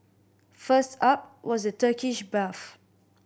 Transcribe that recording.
first up was the Turkish bath